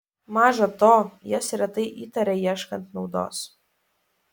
maža to jas retai įtaria ieškant naudos